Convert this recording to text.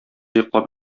йоклап